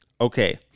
Okay